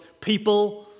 people